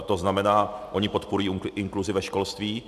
To znamená, oni podporují inkluzi ve školství.